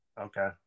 Okay